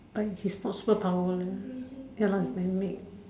but his possible power leh ya lah it's man made